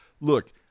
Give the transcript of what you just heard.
look